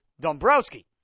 Dombrowski